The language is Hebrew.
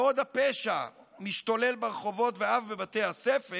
בעוד הפשע משתולל ברחובות ואף בבתי הספר,